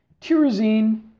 Tyrosine